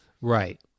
Right